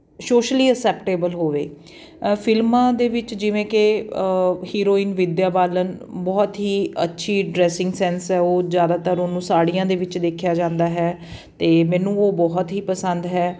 socially acceptable ਹੋਵੇ ਫਿਲਮਾਂ ਦੇ ਵਿੱਚ ਜਿਵੇਂ ਕਿ ਹੀਰੋਇਨ ਵਿਦਿਆ ਬਾਲਨ ਬਹੁਤ ਹੀ ਅੱਛੀ ਡਰੈਸਿੰਗ ਸੈਂਸ ਆ ਉਹ ਜ਼ਿਆਦਾਤਰ ਉਹਨੂੰ ਸਾੜੀਆਂ ਦੇ ਵਿੱਚ ਦੇਖਿਆ ਜਾਂਦਾ ਹੈ ਅਤੇ ਮੈਨੂੰ ਉਹ ਬਹੁਤ ਹੀ ਪਸੰਦ ਹੈ